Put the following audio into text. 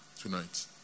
tonight